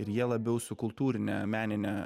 ir jie labiau su kultūrine menine